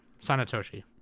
Sanatoshi